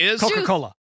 Coca-Cola